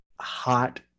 hot